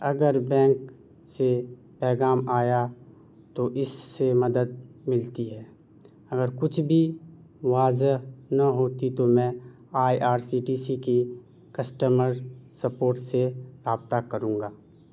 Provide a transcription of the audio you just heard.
اگر بینک سے پیغام آیا تو اس سے مدد ملتی ہے اگر کچھ بھی واضح نہ ہوتی تو میں I R C T C کی کسٹمر سپورٹ سے رابطہ کروں گا